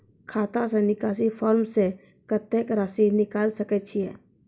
खाता से निकासी फॉर्म से कत्तेक रासि निकाल सकै छिये?